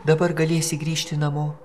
dabar galėsi grįžti namo